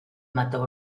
mato